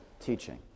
teaching